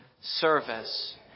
service